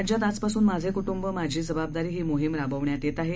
राज्यात आजपासून माझे कुटुंब माझी जबाबदारी ही मोहिम राबविण्यात येत आहे